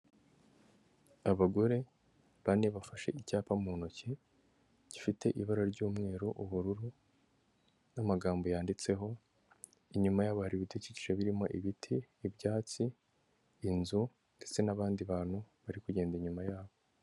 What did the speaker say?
Abagore bane bafashe icyapa mu ntoki, gifite ibara ry'umweru, ubururu n'amagambo yanditseho, inyuma yabo hari ibidukikije birimo ibiti, ibyatsi, inzu ndetse n'abandi bantu bari kugenda inyuma yabo.